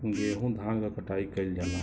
गेंहू धान क कटाई कइल जाला